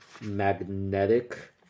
magnetic